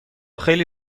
خیلی